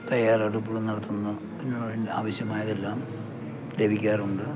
തയ്യാറെടുപ്പുകളും നടത്തുന്നതിനുവേണ്ടി ആവശ്യമായതെല്ലാം ലഭിക്കാറുണ്ട്